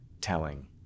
telling